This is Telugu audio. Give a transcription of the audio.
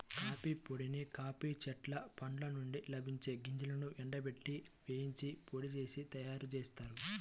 కాఫీ పొడిని కాఫీ చెట్ల పండ్ల నుండి లభించే గింజలను ఎండబెట్టి, వేయించి పొడి చేసి తయ్యారుజేత్తారు